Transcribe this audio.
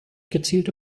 gezielte